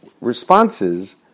responses